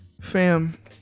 fam